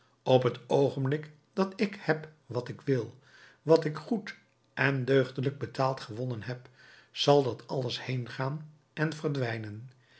op het oogenblik dat ik heb wat ik wil wat ik goed en deugdelijk betaald gewonnen heb zal dat alles heengaan en verdwijnen